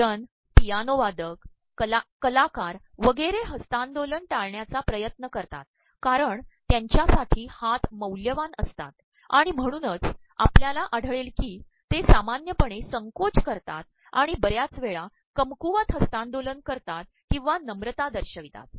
सजयन प्रपयानोवादक कलाकार वगैरें हस्त्तांदोलन िाळण्याचा ियत्न करतात कारण त्यांच्यासाठी हात मौल्यवान असतात आणण म्हणूनच आपल्याला आढळेल की ते सामान्यपणे संकोच करतात आणण बर् याच वेळा कमकुवत हस्त्तांदोलन करतात ककंवा नम्रता दशयप्रवतात